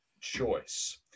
choice